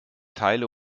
teile